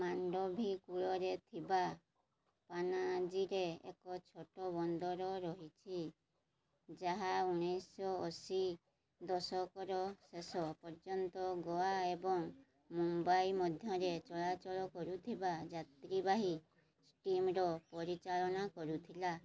ମାଣ୍ଡୋଭି କୂଳରେ ଥିବା ପାନାଜୀରେ ଏକ ଛୋଟ ବନ୍ଦର ରହିଛି ଯାହା ଉଣେଇଶି ଶହ ଅଶୀ ଦଶକର ଶେଷ ପର୍ଯ୍ୟନ୍ତ ଗୋଆ ଏବଂ ମୁମ୍ବାଇ ମଧ୍ୟରେ ଚଳାଚଳ କରୁଥିବା ଯାତ୍ରୀବାହୀ ଷ୍ଟିମର ପରିଚାଳନା କରୁଥିଲା